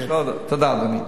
תודה, אדוני.